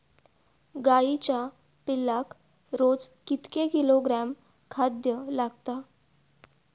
गाईच्या पिल्लाक रोज कितके किलोग्रॅम खाद्य लागता?